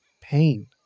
pain